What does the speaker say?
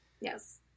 Yes